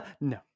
No